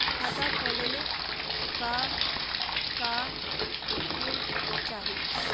खाता खोलले का का प्रूफ चाही?